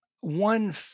One